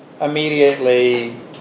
immediately